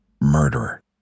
murderer